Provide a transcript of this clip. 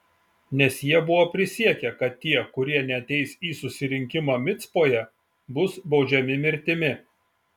nes jie buvo prisiekę kad tie kurie neateis į susirinkimą micpoje bus baudžiami mirtimi